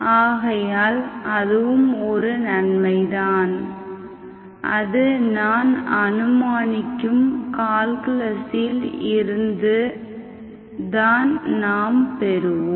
ஆகையால் அதுவும் ஒரு நன்மைதான் அது நான் அனுமானிக்கும் கால்குலஸ் இல் இருந்து தான் நாம் பெறுவோம்